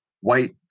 white